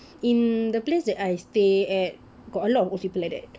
in the place that I stay at got a lot of old people like that